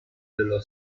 dello